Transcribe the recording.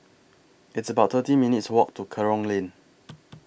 It's about thirty minutes' Walk to Kerong Lane